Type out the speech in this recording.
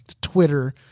Twitter